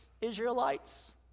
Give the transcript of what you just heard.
Israelites